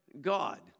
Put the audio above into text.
God